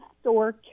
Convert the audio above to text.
store